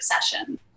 session